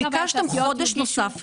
ביקשתם חודש נוסף